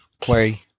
play